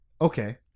okay